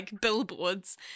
billboards